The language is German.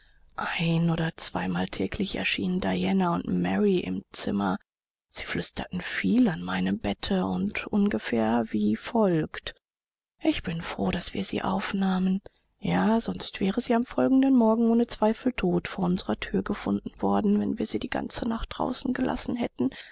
ein oder zweimal täglich erschienen diana und mary im zimmer sie flüsterten viel an meinem bette und ungefähr wie folgt ich bin froh daß wir sie aufnahmen ja sonst wäre sie am folgenden morgen ohne zweifel tot vor unserer thür gefunden worden wenn wir sie die ganze nacht draußen gelassen hätten